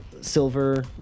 silver